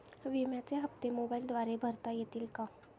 विम्याचे हप्ते मोबाइलद्वारे भरता येतील का?